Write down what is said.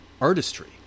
artistry